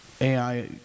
AI